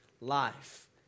life